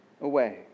away